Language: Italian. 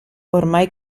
ormai